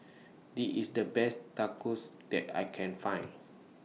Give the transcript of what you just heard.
IT IS The Best Tacos that I Can Find